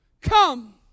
Come